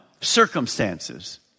circumstances